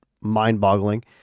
mind-boggling